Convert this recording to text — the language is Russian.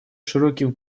широким